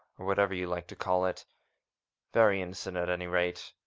or whatever you like to call it very innocent, at any rate.